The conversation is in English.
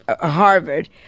Harvard